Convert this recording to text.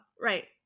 right